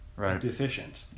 deficient